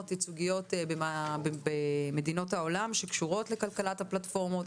ייצוגיות במדינות העולם שקשורות לכלכלת הפלטפורמות,